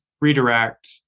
redirect